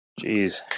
Jeez